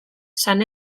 san